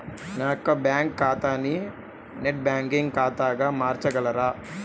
నా యొక్క బ్యాంకు ఖాతాని నెట్ బ్యాంకింగ్ ఖాతాగా మార్చగలరా?